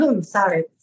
sorry